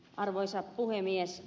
arvoisa puhemies